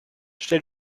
stell